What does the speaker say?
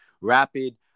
rapid